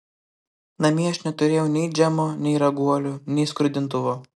namie aš neturėjau nei džemo nei raguolių nei skrudintuvo